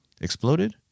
Exploded